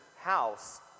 house